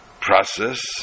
process